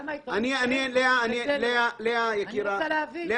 אני רוצה להבין.